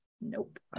nope